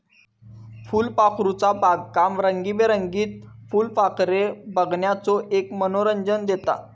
फुलपाखरूचा बागकाम रंगीबेरंगीत फुलपाखरे बघण्याचो एक मनोरंजन देता